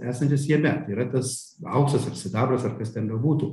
esantis jame tai yra tas auksas ar sidabras ar kas ten bebūtų